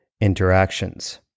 interactions